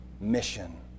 mission